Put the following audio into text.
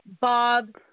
Bob